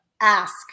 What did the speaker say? ask